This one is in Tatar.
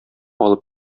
алып